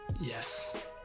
Yes